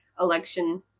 election